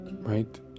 right